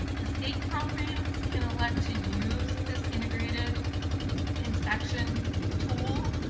the state programs can elect to use this integrated inspection tool.